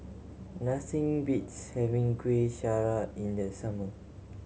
nothing beats having Kuih Syara in the summer